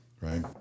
Right